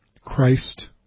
Christ